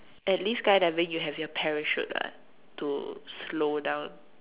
at least skydiving you have your parachute [what] to slow down